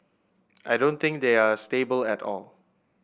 I don't think they are stable at all